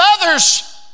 others